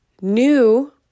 new